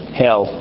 hell